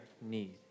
need